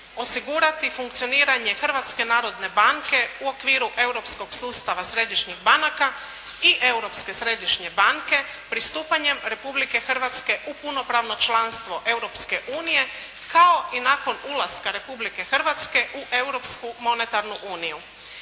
osigurati funkcioniranje Hrvatske narodne banke u okviru europskog sustava središnjih banaka i Europske središnje banke pristupanjem Republike Hrvatske u punopravno članstvo Europske unije, kao i nakon ulaska Republike Hrvatske u